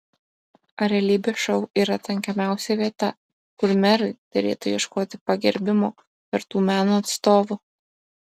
ar realybės šou yra tinkamiausia vieta kur merui derėtų ieškoti pagerbimo vertų meno atstovų